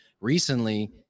recently